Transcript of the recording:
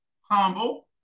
Humble